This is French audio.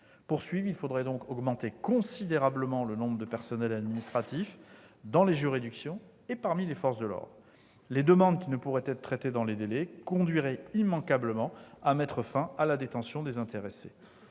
Pour suivre, il faudrait donc augmenter considérablement le nombre de personnels administratifs dans les juridictions et parmi les forces de l'ordre. L'impossibilité de traiter les demandes dans les délais conduirait immanquablement à mettre fin à la détention des intéressés.